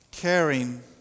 caring